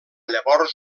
llavors